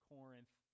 Corinth